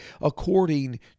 according